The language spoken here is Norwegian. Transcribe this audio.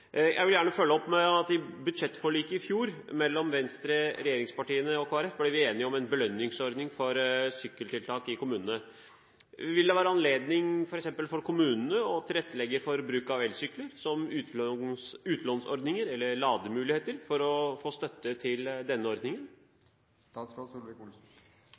budsjettforliket i fjor, mellom Venstre, regjeringspartiene og Kristelig Folkeparti, ble vi enige om en belønningsordning for sykkeltiltak i kommunene. Vil det være anledning til f.eks. for kommunene å tilrettelegge for bruk av elsykler ved hjelp av utlånsordninger eller lademuligheter, og få støtte til denne ordningen?